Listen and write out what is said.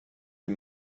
des